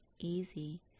easy